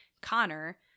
Connor